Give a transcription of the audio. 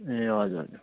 ए हजुर हजुर